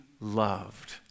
loved